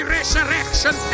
resurrection